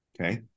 okay